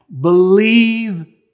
believe